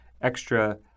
extra